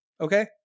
Okay